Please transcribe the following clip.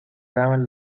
daban